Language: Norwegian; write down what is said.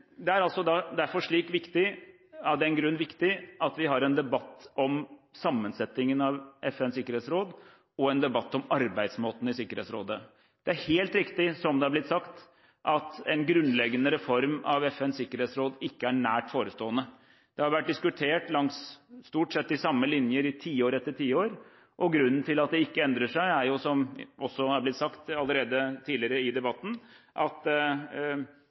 Det er av den grunn viktig at vi har en debatt om sammensetningen av FNs sikkerhetsråd og arbeidsmåtene i Sikkerhetsrådet. Det er helt riktig, som det er blitt sagt, at en grunnleggende reform av FNs sikkerhetsråd ikke er nær forestående. Det har vært diskutert langs stort sett de samme linjer i tiår etter tiår. Grunnen til at det ikke endrer seg, er – som det allerede er sagt tidligere i debatten – at